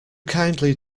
kindly